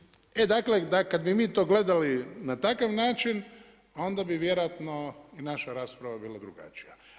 E dakle, da kad bi mi to gledali na takav način, onda bi vjerojatno i naša rasprava bila drugačija.